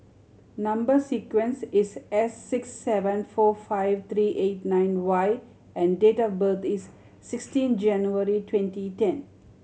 number sequence is S six seven four five three eight nine Y and date of birth is sixteen January twenty ten